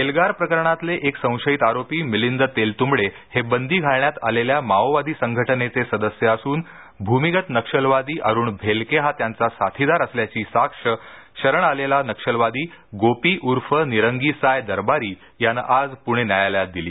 एल्गार प्रकरणातले एक संशयित आरोपी मिलिंद तेलतुंबडे हे बंदी घालण्यात आलेल्या माओवादी संघटनेचे सदस्य असून भूमिगत नक्षलवादी अरुण भेलके हा त्यांचा साथीदार असल्याची साक्ष शरण आलेला नक्षलवादी गोपी उर्फ़ निरंगीसाय दरबारी यानं आज पुणे न्यायालयात दिली